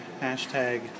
hashtag